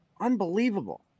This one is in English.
unbelievable